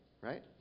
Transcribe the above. right